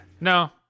No